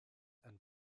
and